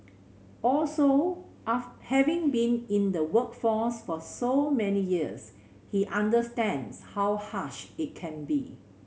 also having been in the workforce for so many years he understands how harsh it can be